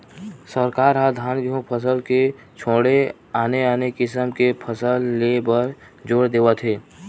सरकार ह धान, गहूँ फसल के छोड़े आने आने किसम के फसल ले बर जोर देवत हे